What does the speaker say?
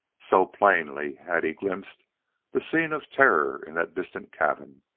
so plainly had he glimpsed the scene of terror in that distant cabin.